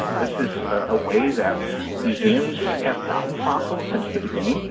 this is a way that museums have gotten fossils since the beginning.